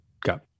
got